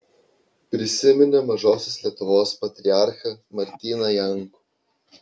prisiminė mažosios lietuvos patriarchą martyną jankų